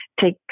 take